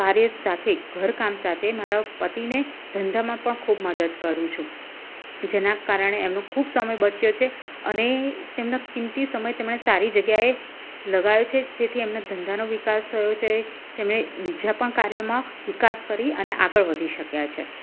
કાર્ય સાથે ઘરકામ સાથે મારા પતિને ધંધામા પણ ખૂબ મદદ કરું છું જેના કારણે એમનો ખૂબ સમય બચ્યો છે અને તેમનો કિંમતી સમય તેમણે સારી જગ્યાએ લગાવ્યો છે જેથી એમને ધંધાનો વિકાસ થયો છે તેમણે બીજા પણ કાર્યમાં વિકાસ કરી અને આગળ વધી શક્યા છે